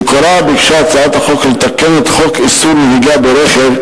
במקורה ביקשה הצעת החוק לתקן את חוק איסור נהיגה ברכב,